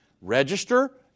register